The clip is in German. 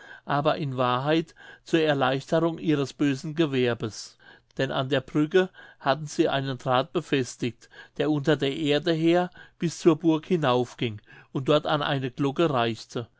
aber in wahrheit zur erleichterung ihres bösen gewerbes denn an der brücke hatten sie einen drath befestigt der unter der erde her bis zur burg hinaufging und dort an eine glocke reichte